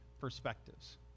perspectives